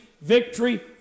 victory